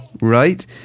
Right